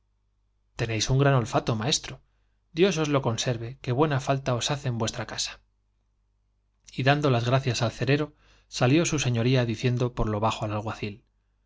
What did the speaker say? tenéis un gran olfato maestro dios os lo con os hace en vuestra casa serve que buena falta y dando las al salió su señoría gracias cerero diciendo por lo bajo al alguacil